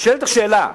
נשאלת השאלה: